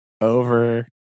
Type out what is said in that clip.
Over